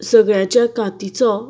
सगळ्यांच्या कातीचो